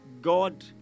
God